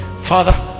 father